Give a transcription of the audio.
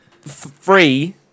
free